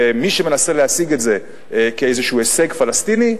מי שמנסה להציג את זה כאיזה הישג פלסטיני,